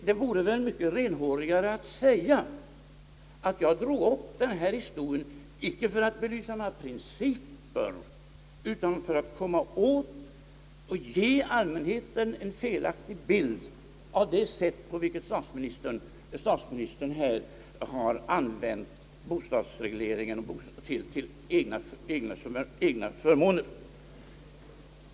Det vore väl mycket renhårigare av herr Holmberg att säga att han drog upp den här historien inte för att belysa några principer, utan för att ge allmänheten den felaktiga bilden att statsministern här har använt bostadsregleringen till egen förmån.